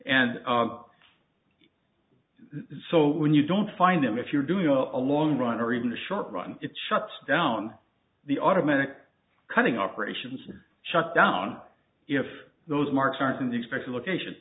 then so when you don't find them if you're doing a long run or even a short run it shuts down the automatic cutting operations shut down if those marks aren't in the expected location